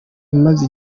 imaze